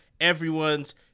everyone's